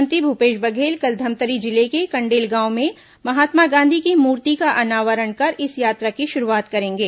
मुख्यमंत्री भूपेश बधेल कल धमतरी जिले के कण्डेल गांव में महात्मा गांधी की मूर्ति का अनावरण कर इस यात्रा की शुरूवात करेंगे